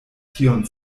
tiun